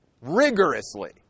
Rigorously